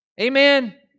Amen